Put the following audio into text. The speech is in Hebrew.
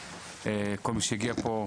כל מי שהגיע לפה,